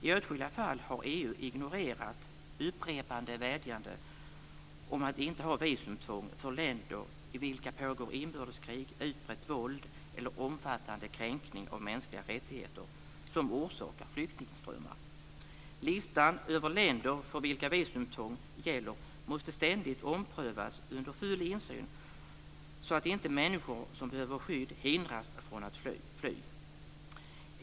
I åtskilliga fall har EU ignorerat upprepade vädjanden om att inte ha visumtvång för länder i vilka det pågår inbördeskrig, utbrett våld eller omfattande kränkningar av mänskliga rättigheter som orsakar flyktingströmmar. Listan över länder för vilka visumtvång gäller måste ständigt omprövas under full insyn så att inte människor som behöver skydd hindras från att fly.